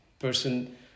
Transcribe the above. person